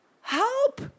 help